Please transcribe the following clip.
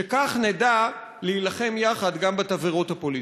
שכך נדע להילחם יחד גם בתבערות הפוליטיות.